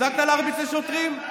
הפסקת להרביץ לשוטרים?